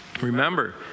remember